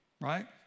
right